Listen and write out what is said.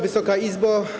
Wysoka Izbo!